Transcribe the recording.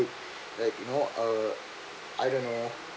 like you know uh I don't know